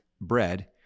bread